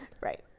right